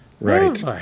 Right